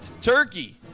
turkey